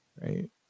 right